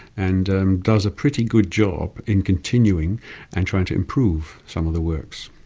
and does a pretty good job in continuing and trying to improve some of the works.